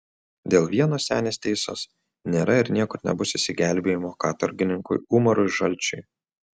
dėl vieno senis teisus nėra ir niekur nebus išsigelbėjimo katorgininkui umarui žalčiui